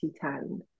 town